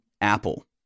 apple